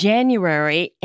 January